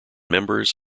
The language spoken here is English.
members